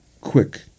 quick